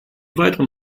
weiteren